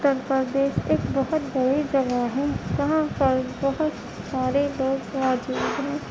اتر پردیش ایک بہت بڑی جگہ ہے وہاں پر بہت سارے لوگ موجود ہیں